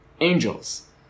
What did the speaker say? Angels